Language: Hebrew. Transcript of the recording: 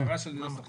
הערה של התנייה.